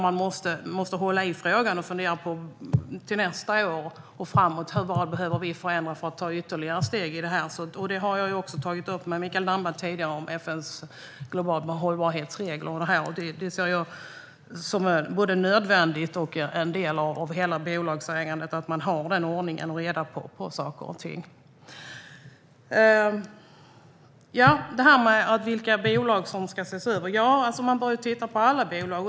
Man måste hålla i frågan och se framåt - vad behöver vi förändra för att ta ytterligare steg? Det har jag också tagit upp med Mikael Damberg tidigare, när det gäller FN:s globala hållbarhetsregler. Det är nödvändigt och en del av hela bolagsägandet att man har ordning och reda på saker och ting. I fråga om vilka bolag som ska ses över anser jag att man bör titta på alla bolag.